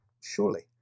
surely